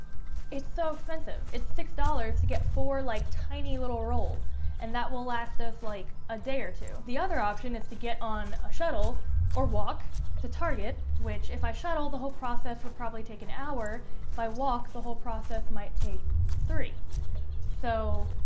it's so expensive it's six dollars to get for like tiny little rolls and that will last us like a day or two the other option is to get on a shuttle or walk to target which if i shuttle the whole process would probably take an hour if i walk the whole process might take three so